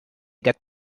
get